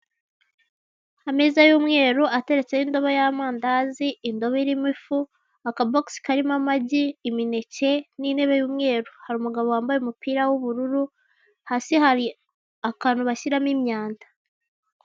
Ameza y'umweru ateretseho indobo y'amandazi, indobo irimo ifu akabogisi karimo amagi, imineke, n'intebe y'umweru. Hari umugabo wambaye umupira w'ubururu, hasi hari akantu bashyiramo imyanda.